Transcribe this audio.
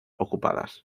ocupadas